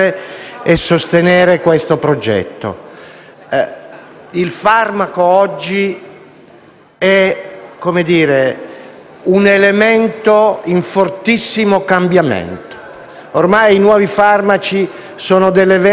Il farmaco oggi è un elemento in fortissimo cambiamento. Ormai i nuovi farmaci sono delle vere e proprie biotecnologie.